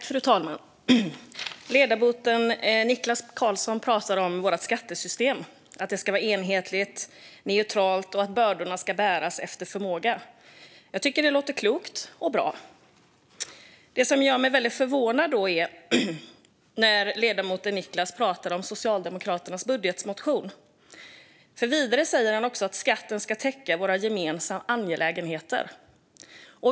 Fru talman! Ledamoten Niklas Karlsson pratar om att vårt skattesystem ska vara enhetligt och neutralt och att bördorna ska bäras efter förmåga. Jag tycker att det låter klokt och bra. Ledamoten säger också att skatten ska täcka våra gemensamma angelägenheter.